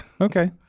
Okay